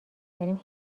کردیم